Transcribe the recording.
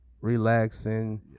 relaxing